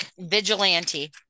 Vigilante